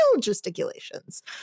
gesticulations